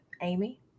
Amy